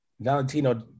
Valentino